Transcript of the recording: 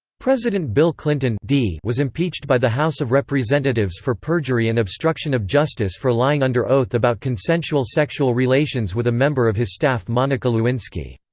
president bill clinton was impeached by the house of representatives for perjury and obstruction of justice for lying under oath about consensual sexual relations with a member of his staff monica lewinsky.